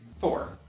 Four